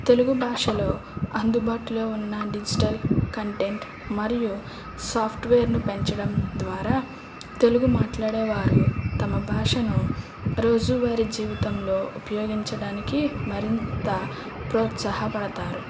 తెలుగు భాషలో అందుబాటులో ఉన్న డిజిటల్ కంటెంట్ మరియు సాఫ్ట్వేర్ను పెంచడం ద్వారా తెలుగు మాట్లాడేవారు తమ భాషను రోజు వారి జీవితంలో ఉపయోగించడానికి మరింత ప్రోత్సాహపడుతారు